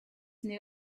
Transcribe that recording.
know